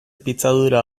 pitzadura